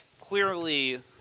clearly